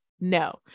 no